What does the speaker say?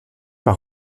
par